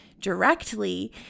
directly